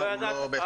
לא בהכרח נכון כעת.